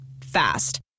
Fast